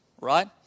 right